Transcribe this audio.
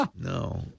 No